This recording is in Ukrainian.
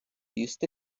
їсти